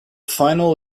final